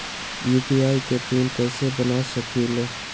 UPI के pin कैसे बना सकीले?